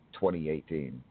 2018